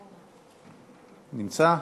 נמצא?